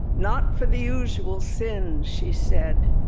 not for the usual sins she said.